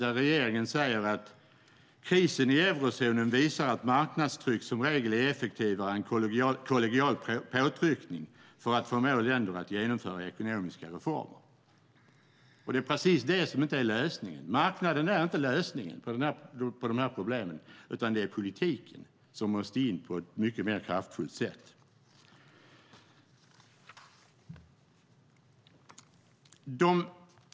Där säger regeringen att krisen i eurozonen visar att marknadstryck som regel är effektivare än kollegial påtryckning för att förmå länder att genomföra ekonomiska reformer. Men det är inte lösningen. Marknaden är inte lösningen på de här problemen, utan det är politiken som måste in på ett mycket mer kraftfullt sätt.